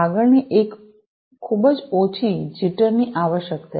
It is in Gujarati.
આગળની એક ખૂબ જ ઓછી જીટરની આવશ્યકતા છે